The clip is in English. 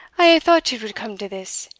i aye thought it would come to this.